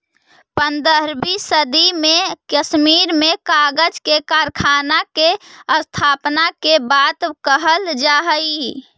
पँद्रहवीं सदी में कश्मीर में कागज के कारखाना के स्थापना के बात कहल जा हई